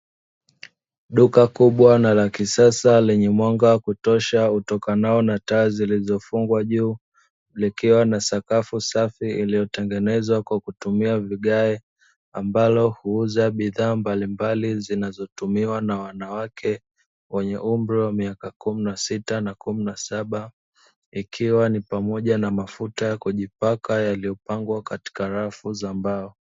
Duka kubwa na la kisasa lenye mwanga kutosha utokanao na taa zilizofungwa juu, likiwa na sakafu safi iliyotengenezwa kwa kutumia vigae ambalo huuza bidhaa mbalimbali zinazotumiwa na wanawake wenye umri wa miaka kumi na sita na kumi na saba, ikiwa ni pamoja na mafuta ya kujipaka yaliyopangwa katika rafu za mbao.